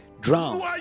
Drown